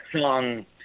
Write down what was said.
song